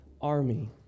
army